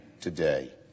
today